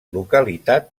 localitat